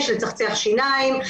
לצחצח שיניים,